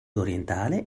orientale